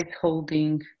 holding